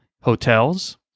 hotels